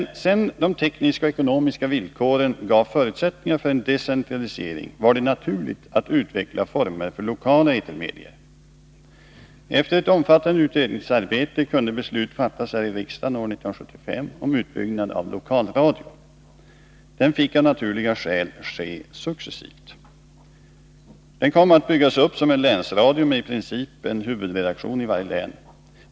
Sedan de tekniska och ekonomiska villkoren givit förutsättningar för en decentralisering var det naturligt att utveckla former för lokala etermedier. Efter ett omfattande utredningsarbete kunde beslut fattas här i riksdagen år 1975 om utbyggnad av lokalradio. Den fick av naturliga skäl ske successivt. Lokalradion byggdes upp som en länsradio, med i princip en huvudredak tion i varje län.